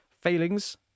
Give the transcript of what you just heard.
failings